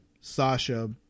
Sasha